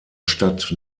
stadt